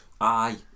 Aye